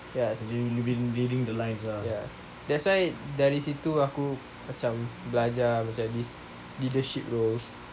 ya ya that's why dari situ aku macam belajar macam this leadership roles